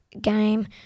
game